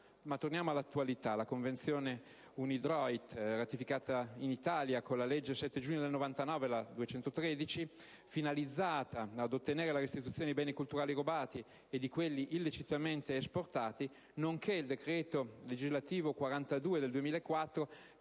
Tornando all'attualità, si ricorda la Convenzione dell'UNIDROIT, ratificata in Italia con la legge 7 giugno 1999, n. 213, finalizzata ad ottenere la restituzione di beni culturali rubati e di quelli illecitamente esportati, nonché il decreto legislativo n. 42 del 2004,